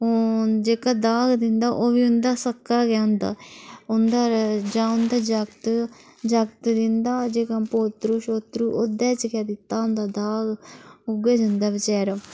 ओह् जेह्का दाग दिंदा ओह् बी उं'दा सक्का गै होंदा उं'दा जां उं'दा जागत जागत दिंदा जां पोत्तरु छोत्तरु ओह्दे च गै दित्ता होंदा दाग उ'यै दिंदा बचारा